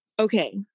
Okay